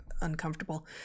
uncomfortable